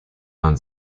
man